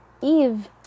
Eve